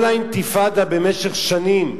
כל האינתיפאדה, במשך שנים,